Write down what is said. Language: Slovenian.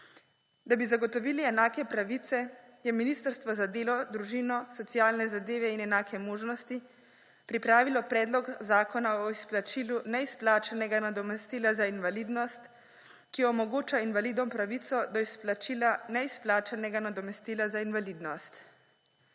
Da bi zagotovili enake pravice, je Ministrstvo za delo, družino, socialne zadeve in enake možnosti pripravilo Predlog zakona o izplačilu neizplačanega nadomestila za invalidnost, ki omogoča invalidom pravico do izplačila neizplačanega nadomestila za invalidnost.